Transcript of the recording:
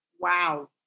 Wow